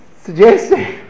suggesting